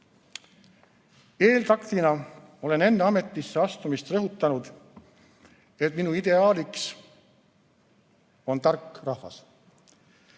Eeltaktina olen enne ametisse astumist rõhutanud, et minu ideaaliks on tark rahvas.